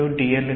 dl